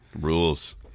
Rules